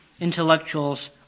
intellectuals